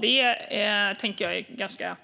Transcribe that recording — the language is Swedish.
Det är ett ganska